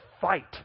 fight